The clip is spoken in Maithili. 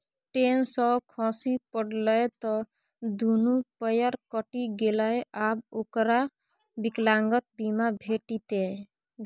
टेन सँ खसि पड़लै त दुनू पयर कटि गेलै आब ओकरा विकलांगता बीमा भेटितै